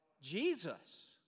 Jesus